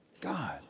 God